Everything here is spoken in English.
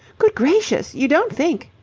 good gracious! you don't think?